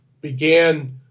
began